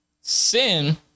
sin